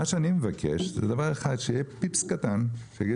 אני מבקש דבר אחד והוא שיהיה פיפס קטן ויאמרו